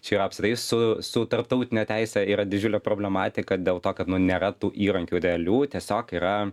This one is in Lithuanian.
čia ir apskritai su su tarptautine teise yra didžiulė problematiką dėl to kad nu nėra tų įrankių realių tiesiog yra